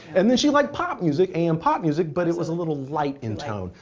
and then she liked pop music, am pop music, but it was a little light in tone.